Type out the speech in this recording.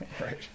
Right